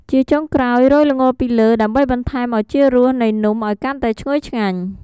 ជាចុងក្រោយ រោយល្ងពីលើ ដើម្បីបន្ថែមឱជារសនៃនំឱ្យកាន់តែឈ្ងុយឆ្ងាញ់។